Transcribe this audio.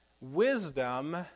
wisdom